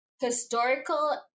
historical